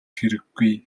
хэрэггүй